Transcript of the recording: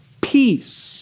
Peace